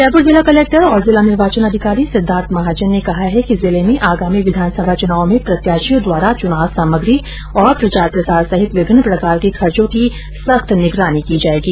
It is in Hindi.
जयपुर जिला कलक्टर और जिला निर्वाचन अधिकारी सिद्धार्थ महाजन ने कहा है कि जिले में आगामी विधानसभा चुनाव में प्रत्याशियों द्वारा चुनाव सामग्री और प्रचार प्रसार सहित विभिन्न प्रकार के खर्चो की सख्त निगरानी की जायेगी